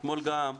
אתמול הייתי